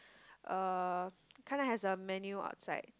uh kinda has a menu outside